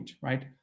right